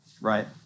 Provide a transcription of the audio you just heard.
Right